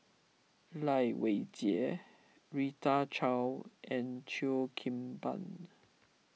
Lai Weijie Rita Chao and Cheo Kim Ban